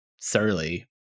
surly